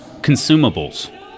Consumables